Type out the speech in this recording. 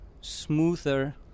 smoother